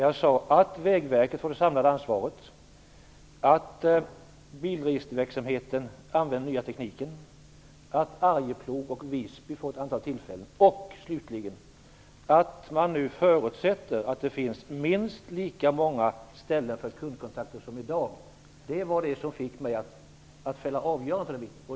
Jag sade att Vägverket får det samlade ansvaret, att bilregisterverksamheten använder den nya tekniken, att Arjeplog och Visby får ett antal arbetstillfällen och slutligen att man nu förutsätter att det finns minst lika många ställen för kundkontakter som i dag. Det var det som fick mig att fälla avgörandet.